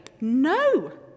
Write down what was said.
no